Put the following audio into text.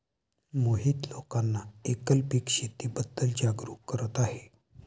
मोहित लोकांना एकल पीक शेतीबद्दल जागरूक करत आहे